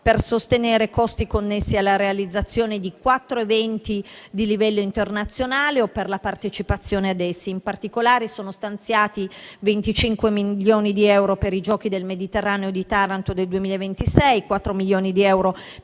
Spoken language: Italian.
per sostenere i costi connessi alla realizzazione di quattro eventi di livello internazionale, o per la partecipazione ad essi. In particolare, sono stanziati 25 milioni di euro per i Giochi del Mediterraneo di Taranto del 2026; 4 milioni di euro